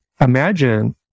imagine